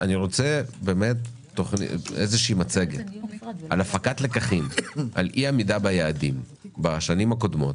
אני רוצה לראות מצגת על הפקת לקחים על אי עמידה ביעדים בשנים הקודמות